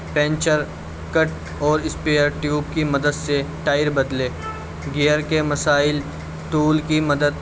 puncture kit اور spare tube کی مدد سے ٹائر بدلے گیئر کے مسائل ٹول کی مدد